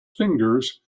fingers